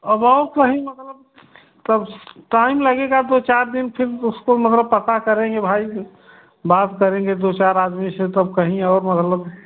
अब और कहीं मतलब कब टाइम लगेगा दो चार दिन फिर उसको मतलब पता करेंगे भाई बात करेंगे दो चार आदमी से तब कहीं और मतलब